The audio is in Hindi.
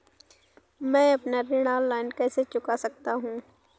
मैं अपना ऋण ऑनलाइन कैसे चुका सकता हूँ?